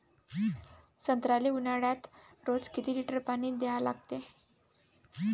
संत्र्याले ऊन्हाळ्यात रोज किती लीटर पानी द्या लागते?